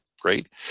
great